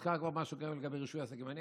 מוזכר כבר משהו גם לגבי רישוי עסקים.